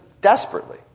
desperately